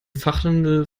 fachhandel